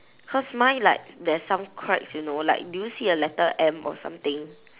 cause mine like there's some cracks you know like do you see a letter M or something